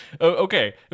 Okay